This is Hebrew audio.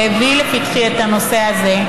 שהביא לפתחי את הנושא הזה,